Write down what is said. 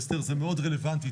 אסתר, זה מאוד רלוונטי.